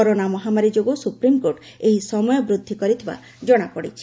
corona ମହାମାରୀ ଯୋଗୁଁ supreme court ଏହି ସମୟ ବୃଦ୍ଧି କରିଥିବା ଜଣାପଡ଼ିଛି